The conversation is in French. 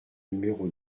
numéro